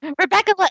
Rebecca